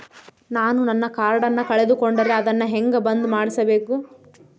ನಾನು ನನ್ನ ಕಾರ್ಡನ್ನ ಕಳೆದುಕೊಂಡರೆ ಅದನ್ನ ಹೆಂಗ ಬಂದ್ ಮಾಡಿಸಬೇಕು?